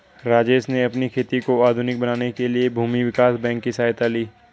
राजेश ने अपनी खेती को आधुनिक बनाने के लिए भूमि विकास बैंक की सहायता ली